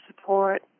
support